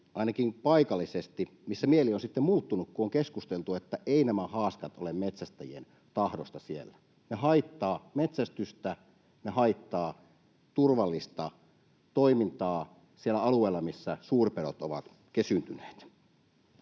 ainakin paikallisesti, toisin, ja mieli on sitten muuttunut, kun on keskusteltu, että eivät nämä haaskat ole metsästäjien tahdosta siellä. Ne haittaavat metsästystä, ne haittaavat turvallista toimintaa sillä alueella, missä suurpedot ovat kesyyntyneet.